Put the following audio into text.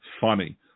funny